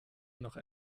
noch